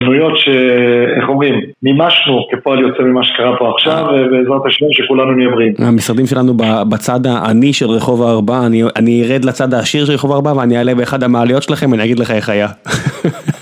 תנויות שאיך אומרים, נימשנו כפועל יוצא ממה שקרה פה עכשיו ובזמן השני שכולנו נהיה בריאים. המשרדים שלנו ב... בצד העני של רחוב הארבעה, אני ארד לצד העשיר של רחוב הארבעה ואני אעלה באחד המעליות שלכם ואני אגיד לך איך היה.